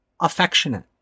affectionate